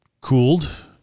cooled